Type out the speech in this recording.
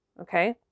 Okay